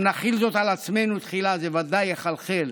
אם נחיל זאת על עצמנו תחילה, זה בוודאי יחלחל